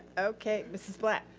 okay, mrs. black.